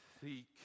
seek